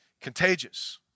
contagious